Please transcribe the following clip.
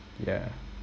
yeah